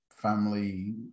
Family